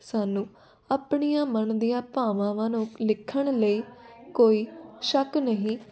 ਸਾਨੂੰ ਆਪਣੀਆਂ ਮਨ ਦੀਆਂ ਭਾਵਾਂਵਾਂ ਨੂੰ ਲਿਖਣ ਲਈ ਕੋਈ ਸ਼ੱਕ ਨਹੀਂ